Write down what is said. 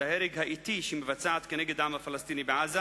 ההרג האטי שהיא מבצעת כנגד העם הפלסטיני בעזה